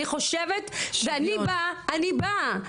אני חושבת שאני באה ממקומות,